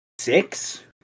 six